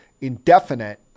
indefinite